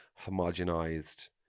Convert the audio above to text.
homogenized